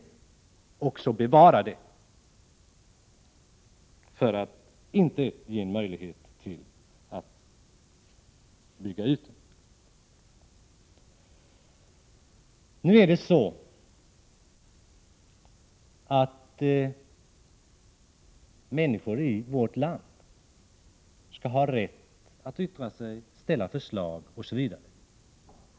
Det gäller att bevara den för att inte skapa en Herr talman! Människor i vårt land skall självfallet ha rätt att yttra sig, att framställa förslag osv.